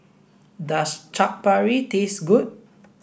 does Chaat Papri taste good